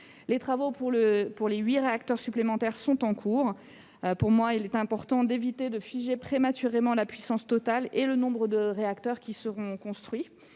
Les travaux relatifs aux 8 réacteurs supplémentaires sont en cours. À mon sens, il importe d’éviter de figer prématurément la puissance totale et le nombre de réacteurs qui seront construits